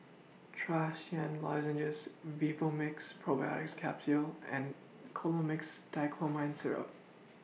Trachisan Lozenges Vivomixx Probiotics Capsule and Colimix Dicyclomine Syrup